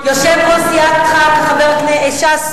יושב-ראש סיעת ש"ס,